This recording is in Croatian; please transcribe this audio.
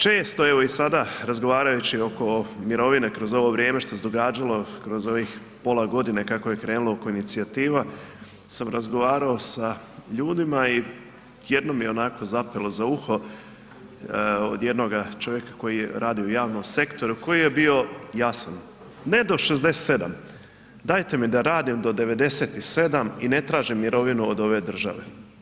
Često sada razgovarajući oko mirovine kroz ovo vrijeme što se događalo kroz ovih pola godine kako je krenulo oko inicijativa sam razgovarao sa ljudima i jednom mi je onako zapelo za uho od jednog čovjeka koji radi u javnom sektoru koji je bio jasan, ne do 67, dajte mi da radim do 97 i ne tražim mirovinu od ove države.